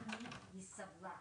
אני דווקא רוצה להתעקש לפני הקורונה.